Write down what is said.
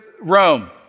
Rome